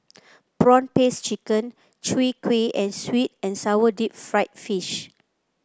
prawn paste chicken Chwee Kueh and sweet and sour Deep Fried Fish